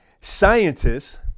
scientists